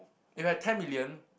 if I had ten million